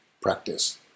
practice